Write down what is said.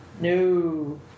No